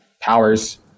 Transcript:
powers